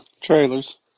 Trailers